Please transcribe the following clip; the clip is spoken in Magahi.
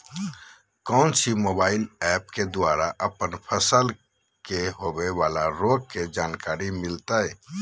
कौन सी मोबाइल ऐप के द्वारा अपन फसल के होबे बाला रोग के जानकारी मिलताय?